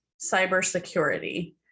cybersecurity